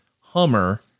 Hummer